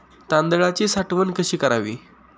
तांदळाची साठवण कशी करावी?